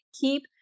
keep